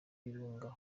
y’ibirunga